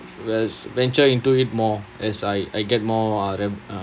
wes~ venture into it more as I I get more uh rev~ uh